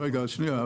ברכישת קרקע,